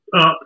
up